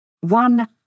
One